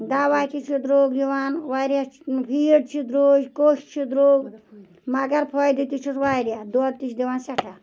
دَوا تہِ چھُ درٛوٚگ یِوان واریاہ فیٖڈ چھ دریٚج کوٚش چھُ درٛوٚگ مگر پھٲیدٕ تہِ چھُس واریاہ دۄد تہِ چھ دِوان سیٚٹھاہ